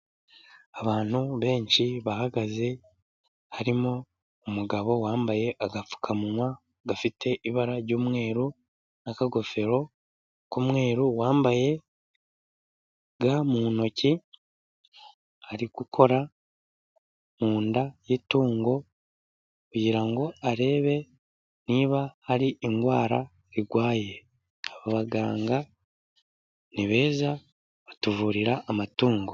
Abantu benshi bahagaze, harimo umugabo wambaye agapfukamunwa gafite ibara ry'umweru n'akagofero k'umweru, wambaye ga mu ntoki ari gukora mu nda y'itungo, kugira ngo arebe niba hari indwara irwaye, aba baganga nibeza batuvurira amatungo.